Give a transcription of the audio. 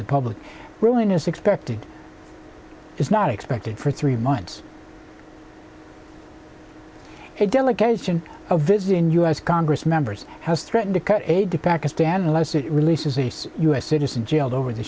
the public ruling is expected it's not expected for three months a delegation of visiting u s congress members has threatened to cut aid to pakistan unless it releases the u s citizen jailed over the